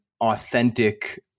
authentic